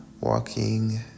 walking